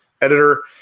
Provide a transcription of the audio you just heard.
editor